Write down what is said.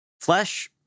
flesh